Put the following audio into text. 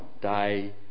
day